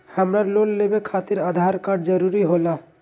हमरा लोन लेवे खातिर आधार कार्ड जरूरी होला?